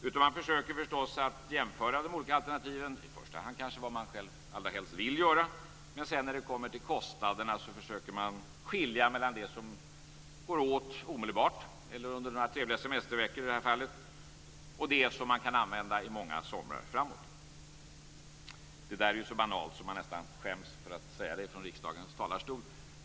I stället försöker man förstås jämföra de olika alternativen. I första hand utgår man kanske från vad man allra helst vill göra. Men sedan när det kommer till kostnaderna försöker man skilja mellan det som går åt omedelbart eller, som i det här fallet, under några trevliga semesterveckor och det som man kan använda många somrar framåt. Det här är så banalt att jag nästan skäms för att säga det från riksdagens talarstol.